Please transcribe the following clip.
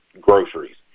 groceries